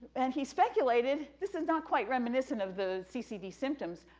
and he speculated, this is not quite reminiscent of the ccd symptoms,